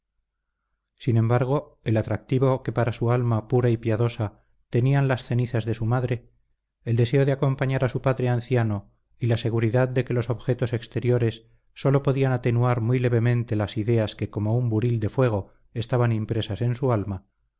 sin embargo el atractivo que para su alma pura y piadosa tenían las cenizas de su madre el deseo de acompañar a su padre anciano y la seguridad de que los objetos exteriores sólo podían atenuar muy levemente las ideas que como con un buril de fuego estaban impresas en su alma